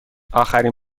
آخرین